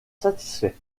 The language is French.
satisfait